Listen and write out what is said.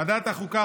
ועדת החוקה,